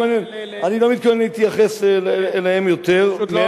אני לא מתכוון להתייחס אליהם יותר, זה פשוט לא